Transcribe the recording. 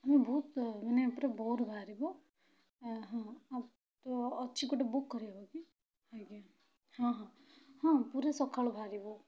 ଆମେ ବହୁତ ମାନେ ପୁରା ଭୋର୍ରୁ ବାହାରିବୁ ହଁ ଆଉ ତ ଅଛି ଗୋଟେ ବୁକ୍ କରିହେବ କି ଆଜ୍ଞା ହଁ ହଁ ହଁ ପୁରା ସକାଳୁ ବାହାରିବୁ